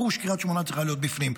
ברור שקריית שמונה צריכה להיות בפנים.